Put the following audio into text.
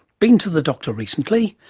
been to the doctor recently?